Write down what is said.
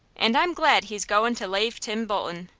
and i'm glad he's goin' to lave tim bolton,